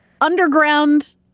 underground